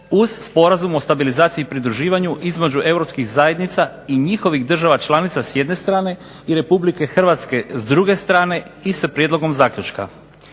uz Sporazum o stabilizaciji i pridruživanju između Europskih zajednica i njihovih država članica s jedne strane i Republike Hrvatske s druge strane i sa prijedlogom zaključka.